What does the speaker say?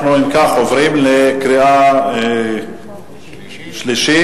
אנחנו עוברים לקריאה שלישית.